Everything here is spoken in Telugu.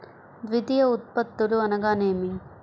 ద్వితీయ ఉత్పత్తులు అనగా నేమి?